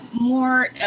more